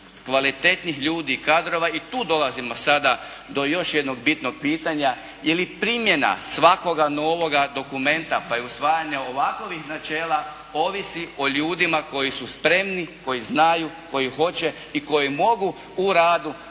kvalitetnih ljudi i kadrova i tu dolazimo sada do još jednog bitnog pitanja ili primjena svakoga novoga dokumenta pa i usvajanja ovakovih načela ovisi o ljudima koji su spremni, koji znaju, koji hoće i koji mogu u radu